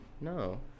No